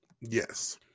Yes